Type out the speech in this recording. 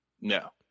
No